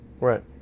Right